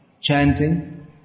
chanting